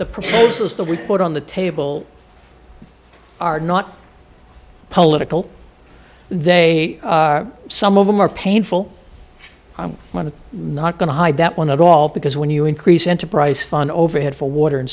the proposals that we put on the table are not political they are some of them are painful i'm not going to hide that one at all because when you increase enterprise fund overhead for water and